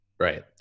Right